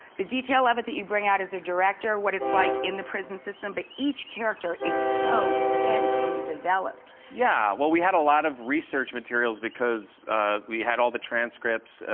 the detail of it that you bring out as a director. what it's like in the prison system but each character is so densely developed. yeah well we had a lot of research materials because we had all the transcripts.